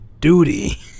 duty